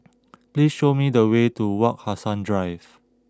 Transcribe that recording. please show me the way to Wak Hassan Drive